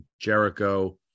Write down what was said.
Jericho